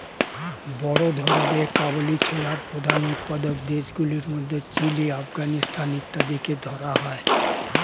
বড় ধরনের কাবুলি ছোলার প্রধান উৎপাদক দেশগুলির মধ্যে চিলি, আফগানিস্তান ইত্যাদিকে ধরা হয়